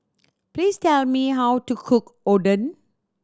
please tell me how to cook Oden